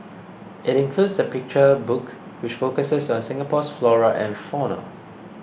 it includes a picture book which focuses on Singapore's flora and fauna